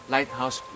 Lighthouse